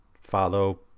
follow